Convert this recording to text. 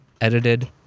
edited